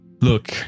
look